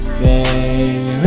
baby